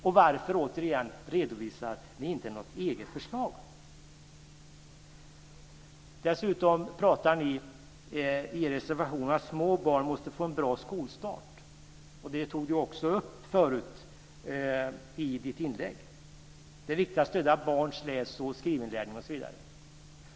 Och varför, återigen, redovisar ni inte något eget förslag? Dessutom talar ni i er reservation om att små barn måste få en bra skolstart. Lars Hjertén tog också upp i sitt inlägg att det är viktigt att stödja barns läs och skrivinlärning osv.